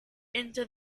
into